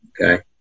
Okay